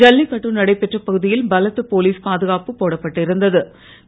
ஜல்லிக்கட்டு நடைபெற்ற பகுதியில் பலத்த போலீஸ் பாதுகாப்பு போடப்பட்டிருந்த்து